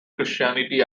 christianity